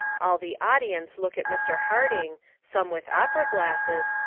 all the audience look at mr. harding, some with opera glasses,